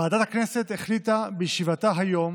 ועדת הכנסת החליטה בישיבתה היום